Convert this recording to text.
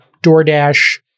doordash